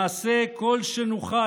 נעשה כל שנוכל,